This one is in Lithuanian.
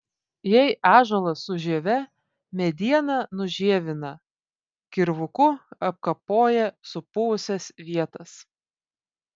jei ąžuolas su žieve medieną nužievina kirvuku apkapoja supuvusias vietas